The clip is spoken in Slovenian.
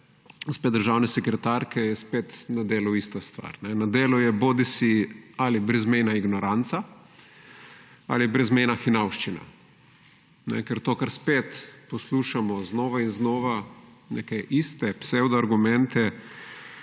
gospe državne sekretarke, je spet na delu ista stvar. Na delu je bodisi ali brezmejna ignoranca ali brezmejna hinavščina, ker to, kar spet poslušamo, znova in znova, neke iste psevd argumente,